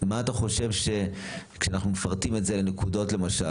מה אתה חושב שכשאנחנו מפרטים את זה לנקודות למשל,